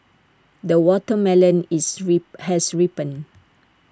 the watermelon is re has ripened